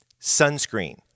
sunscreen